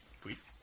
Please